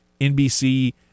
NBC